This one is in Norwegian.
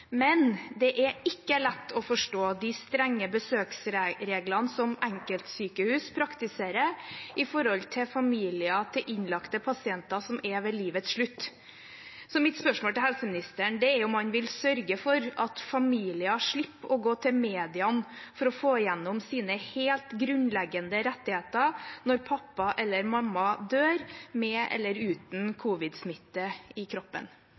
Men det er ikke lett å forstå de strenge besøksreglene som enkeltsykehus praktiserer overfor familier til innlagte pasienter som er ved livets slutt. Mitt spørsmål til helseministeren er om han vil sørge for at familier slipper å gå til media for å få igjennom sine helt grunnleggende rettigheter når pappa eller mamma dør, med eller uten covid-19-smitte i kroppen.